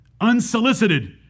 unsolicited